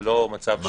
זה לא מצב שכיח.